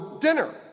dinner